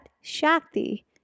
Shakti